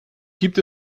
gibt